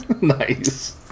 Nice